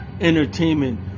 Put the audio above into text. entertainment